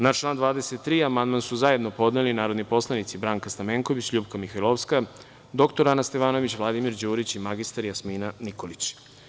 Na član 23. amandman su zajedno podneli narodni poslanici Branka Stamenković, LJupka Mihajlovska, dr Ana Stevanović, Vladimir Đurić i mr Jasmina Nikolić.